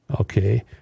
Okay